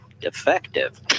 defective